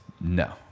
No